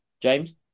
James